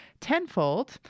tenfold